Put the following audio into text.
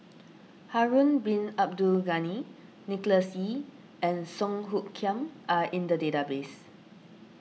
Harun Bin Abdul Ghani Nicholas Ee and Song Hoot Kiam are in the database